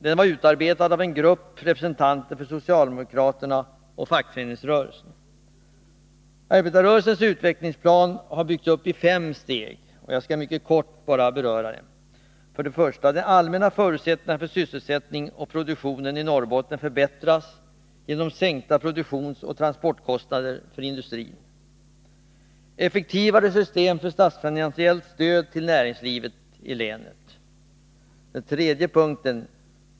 Den var utarbetad av en grupp med representanter för socialdemokraterna och fackföreningsrörelsen. Arbetarrörelsens utvecklingsplan har byggts upp i fem steg: 1. De allmänna förutsättningarna för sysselsättningen och produktionen i Norrbotten förbättras genom sänkta produktionsoch transportkostnader för industrin. 3.